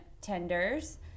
tenders